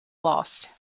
lost